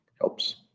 helps